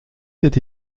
sept